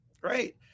great